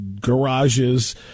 garages